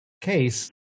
case